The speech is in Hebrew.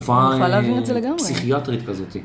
יכולה להבין את זה לגמרי. פסיכיאטרית כזאת.